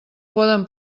poden